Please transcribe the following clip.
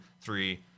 three